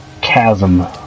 Chasm